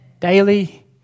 Daily